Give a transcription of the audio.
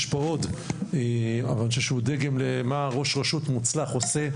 יש פה עוד אבל אני חושב שהוא דגם למה ראש רשות מוצלח עושה,